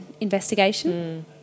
investigation